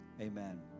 Amen